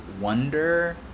wonder